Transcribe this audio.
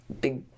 big